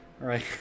Right